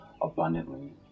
abundantly